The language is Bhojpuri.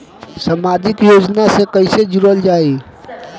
समाजिक योजना से कैसे जुड़ल जाइ?